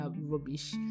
rubbish